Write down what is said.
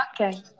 Okay